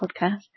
podcast